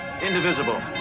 indivisible